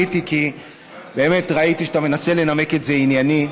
עליתי כי באמת ראיתי שאתה מנסה לנמק את זה עניינית.